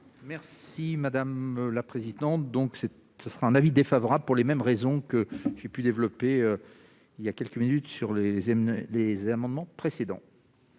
Merci madame la présidente, donc c'est ce sera un avis défavorable pour les mêmes raisons que j'ai pu développer il y a quelques minutes sur les aime les amendements précédents.